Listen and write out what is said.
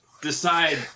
decide